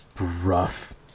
rough